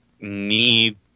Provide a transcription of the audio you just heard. need